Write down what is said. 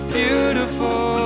beautiful